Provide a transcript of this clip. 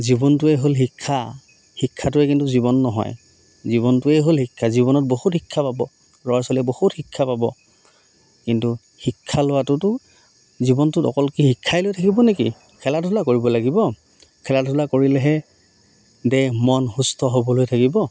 জীৱনটোৱেই হ'ল শিক্ষা শিক্ষাটোৱে কিন্তু জীৱন নহয় জীৱনটোৱেই হ'ল শিক্ষা জীৱনত বহুত শিক্ষা পাব ল'ৰা ছোৱালীয়ে বহুত শিক্ষা পাব কিন্তু শিক্ষা লোৱাটোতো জীৱনটোত অকল কি শিক্ষাই লৈ থাকিব নেকি খেলা ধূলা কৰিব লাগিব খেলা ধূলা কৰিলেহে দেহ মন সুস্থ সবল হৈ থাকিব